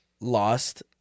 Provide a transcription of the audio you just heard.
lost